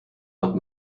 nach